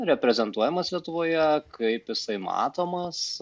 reprezentuojamas lietuvoje kaip jisai matomas